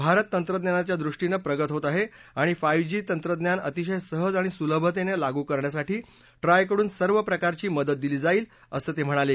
भारत तंत्रज्ञानाच्या दृष्टीनं प्रगत होत आहे आणि फाईव्ह जी तंत्रज्ञान अतिशय सहज आणि सुलभतेनं लागू करण्यासाठी ट्रायकडून सर्व प्रकारची मदत दिली जाईल असं ते म्हणाले